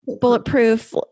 bulletproof